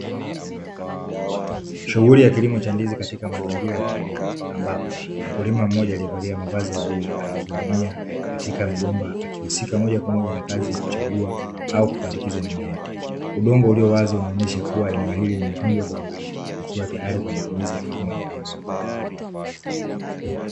Shughuli ya kilimo cha ndizi katika mazingira ya vijijini ambapo mkulima mmoja aliyevalia mavazi ya bluu akiinamia katika mgomba akihusika moja kwa moja na kazi ya kuchagua au kupandikiza mimea. Udongo uliyo wazi unaonyesha kua eneo hili limetunza kwa uhangalifu likiwa tayari kwa matumizi ya kilimo endelevu.